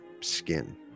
skin